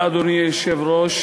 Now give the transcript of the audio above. אדוני היושב-ראש,